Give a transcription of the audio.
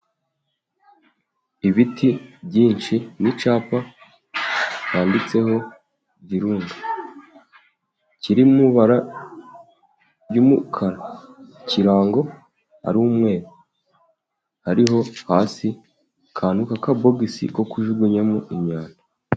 Ibiti byinshi n'icyapa cyanditseho virunga, kiri mu ibara ry'umukara ikirango ari umweru, hariho hasi akantu k' akabogisi ko kujugunyamo imyanda.